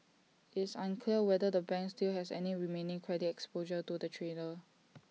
it's unclear whether the bank still has any remaining credit exposure to the trader